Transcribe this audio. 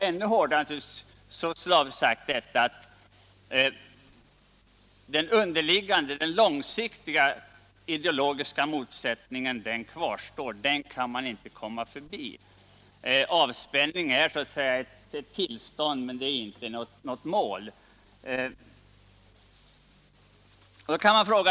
Ännu hårdare har naturligtvis Suslov sagt att den långsiktiga ideologiska motsättningen kvarstår. Den kan man inte komma förbi. Avspänning är ett tillstånd, men det är inte något mål.